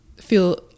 feel